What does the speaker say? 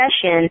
session